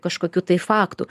kažkokių tai faktų